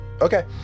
Okay